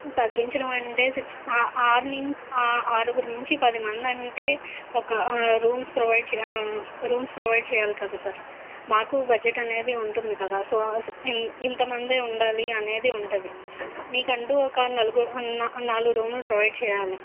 తగ్గించడం అంటే సిక్స్ ఆరు నుంచి ఆరుగురు నుంచి పదిమందంటే ఒక రూమ్స్ ప్రొవైడ్ చే రూమ్స్ ప్రొవైడ్ చెయ్యాలి కదా సార్ మాకూ బడ్జెట్ అనేది ఉంటుంది కదా సో ఇంత ఇంతమందే ఉండాలి అనేది ఉంటుంది మీకంటూ ఒక నలుగురు నాలుగు రూములు ప్రొవైడ్ చెయ్యాలి